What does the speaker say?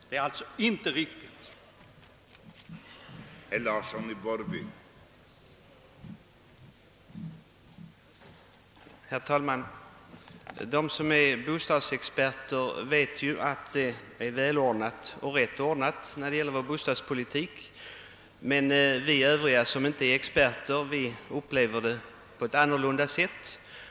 Det är alltså inte riktigt vad som i reservationen säges därom.